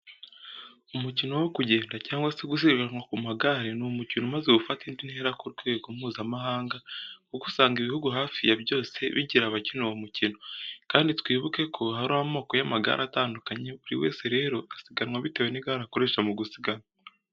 Umukino wo kugenda cyangwa se gusiganwa ku magare ni umukino umaze gufata indi ntera ku rwego Mpuzamahanga kuko usanga ibihugu hafi ya byose bigira abakina uwo mukino. Kandi twibuke ko hariho amoko y'amagare atandukanye buri wese rero asiganwa bitewe n'igare akoresha mu gusiganwa.